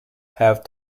have